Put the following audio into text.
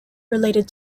related